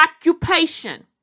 occupation